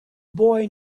boy